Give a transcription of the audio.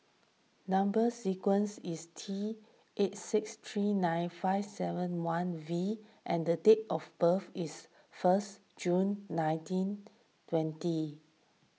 Number Sequence is T eight six three nine five seven one V and the date of birth is first June nineteen twenty